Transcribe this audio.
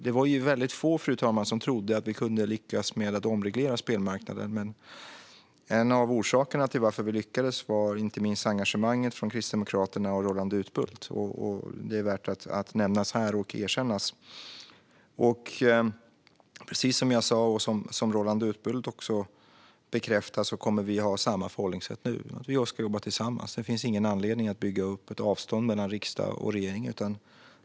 Det var få som trodde att vi skulle lyckas med att omreglera spelmarknaden. Men en av orsakerna till att det lyckades var inte minst engagemanget från Kristdemokraterna och Roland Utbult. Det är värt att nämna och erkänna det här. Precis som jag sa och som Roland Utbult bekräftar kommer vi att ha samma förhållningssätt nu. Vi ska jobba tillsammans. Det finns ingen anledning att bygga upp ett avstånd mellan riksdag och regering.